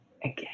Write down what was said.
again